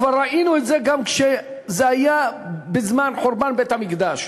כבר ראינו את זה גם כשזה היה בזמן חורבן בית-המקדש,